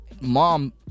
mom